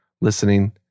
listening